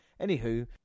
Anywho